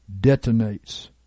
detonates